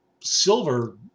silver